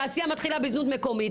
תעשייה מתחת בזנות מקומית,